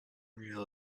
real